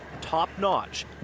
top-notch